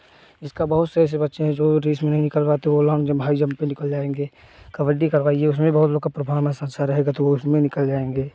इस तरह बहुत से ऐसे बच्चे हैं जो रेस में नहीं निकल पाते हैं वे लॉन्ग जंप और हाई जंप में निकल जाएँगे कबड्डी करवाईए उसमें बहुत लोग का परफॉर्मेंस अच्छा रहेगा तो उसमें निकल जाएँगे